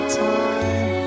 time